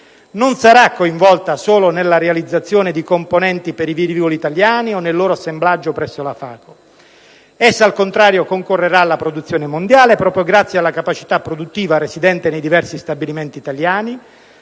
non sarà coinvolta solo nella realizzazione di componenti per i velivoli italiani o nel loro assemblaggio presso la FACO. Essa al contrario concorrerà alla produzione mondiale, proprio grazie alla capacità produttiva residente nei diversi stabilimenti italiani,